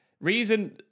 reason